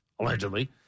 allegedly